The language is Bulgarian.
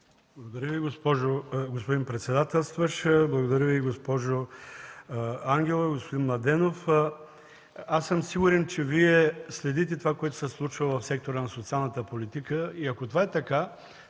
Благодаря Ви, господин председателстващ. Благодаря Ви, госпожо Ангелова и господин Младенов. Аз съм сигурен, че Вие следите това, което се случва в сектора на социалната политика. Ако това е така,